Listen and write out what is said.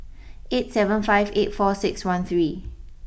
eight seven five eight four six one three